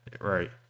Right